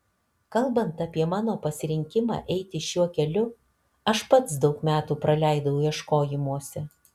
kalbant apie mano pasirinkimą eiti šiuo keliu aš pats daug metų praleidau ieškojimuose